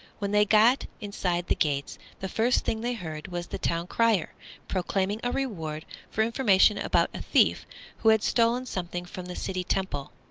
when they got inside the gates the first thing they heard was the town crier proclaiming a reward for information about a thief who had stolen something from the city temple.